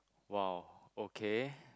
!wah! okay